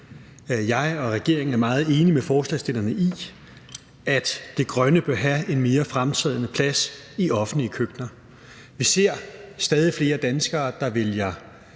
Jeg og regeringen er meget enige med forslagsstillerne i, at det grønne bør have en mere fremtrædende plads i offentlige køkkener. Vi ser stadig flere danskere, der vælger